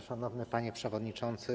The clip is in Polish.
Szanowny Panie Przewodniczący!